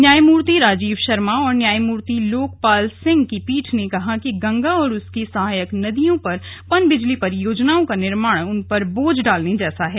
न्यायमूर्ति राजीव शर्मा और न्यायूर्ति लोकपाल सिंह की पीठ ने कहा कि गंगा और उसकी सहायक नदियों पर पनबिजली परियोजनाओं का निर्माण उनपर बोझ डालने जैसा है